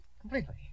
Completely